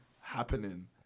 happening